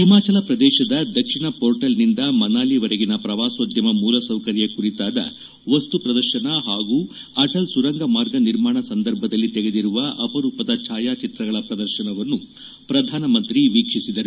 ಹಿಮಾಚಲ ಪ್ರದೇಶದ ದಕ್ಷಿಣ ಮೋರ್ಟಲ್ನಿಂದ ಮನಾಲಿವರೆಗಿನ ಪ್ರವಾಸೋದ್ಯಮ ಮೂಲ ಸೌಕರ್ಯ ಕುರಿತಾದ ವಸ್ತು ಪ್ರದರ್ಶನ ಹಾಗೂ ಅಟಲ್ ಸುರಂಗ ಮಾರ್ಗ ನಿರ್ಮಾಣ ಸಂದರ್ಭದಲ್ಲಿ ತೆಗೆದಿರುವ ಅಪರೂಪದ ಛಾಯಾಚಿತ್ರಗಳ ಪ್ರದರ್ಶನವನ್ನು ಪ್ರಧಾನಮಂತ್ರಿ ವೀಕ್ಷಿಸಿದರು